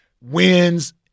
wins